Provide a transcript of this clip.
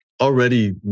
already